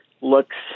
looks